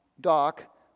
Doc